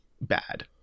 bad